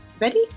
ready